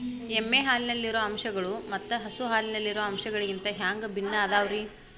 ಎಮ್ಮೆ ಹಾಲಿನಲ್ಲಿರೋ ಅಂಶಗಳು ಮತ್ತ ಹಸು ಹಾಲಿನಲ್ಲಿರೋ ಅಂಶಗಳಿಗಿಂತ ಹ್ಯಾಂಗ ಭಿನ್ನ ಅದಾವ್ರಿ?